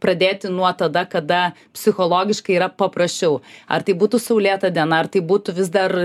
pradėti nuo tada kada psichologiškai yra paprasčiau ar tai būtų saulėta diena ar tai būtų vis dar